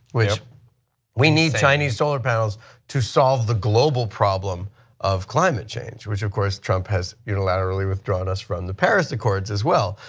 we we need chinese solar panels to solve the global problem of climate change, and of course trump has unilaterally withdrawn us from the paris accords as well.